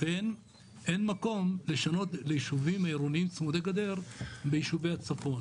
לכן אין מקום לשנות לישובים עירוניים צמודי גדר ביישובי הצפון.